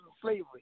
slavery